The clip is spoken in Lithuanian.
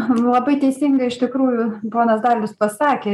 labai teisingai iš tikrųjų ponas dalius pasakė